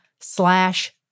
slash